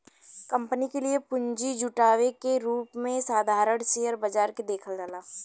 company के लिए पूंजी जुटावे के रूप में साधारण शेयर बाजार के देखल जाला